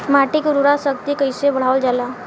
माटी के उर्वता शक्ति कइसे बढ़ावल जाला?